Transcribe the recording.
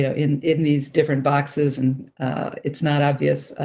so in in these different boxes, and it's not obvious